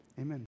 amen